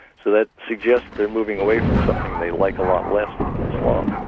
so that suggests they're moving away from something they like a lot less than the slums.